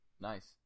Nice